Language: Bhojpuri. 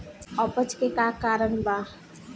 अपच के का कारण बा?